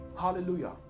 hallelujah